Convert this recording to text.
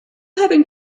having